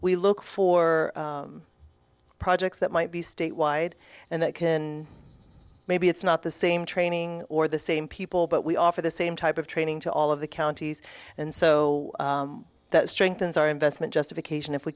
we look for projects that might be state wide and that can maybe it's not the same training or the same people but we offer the same type of training to all of the counties and so that strengthens our investment justification if we